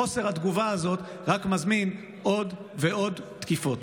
חוסר התגובה הזאת רק מזמין עוד ועוד תקיפות.